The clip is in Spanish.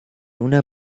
una